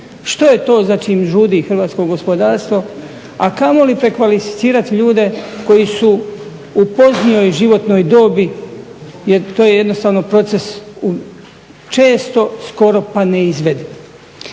što je to za čim žudi hrvatsko gospodarstvo, a kamoli prekvalificirati ljude koji su u poznijoj životnoj dobi jer to je jednostavno proces često skoro pa neizvediv.